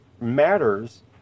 matters